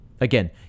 Again